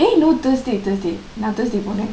eh no thursday thursday நா:naa thursday போனேன்:ponnen